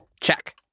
Check